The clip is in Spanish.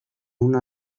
una